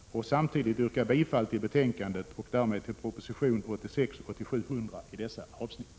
Samtidigt yrkar jag bifall till utskottets hemställan och därmed till proposition 1986/87:100 i dessa avsnitt.